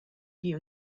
die